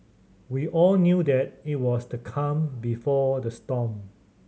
we all knew that it was the calm before the storm